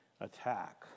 attack